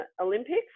Olympics